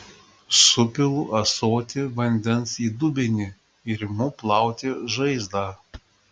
supilu ąsotį vandens į dubenį ir imu plauti žaizdą